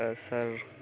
ତ ସାର୍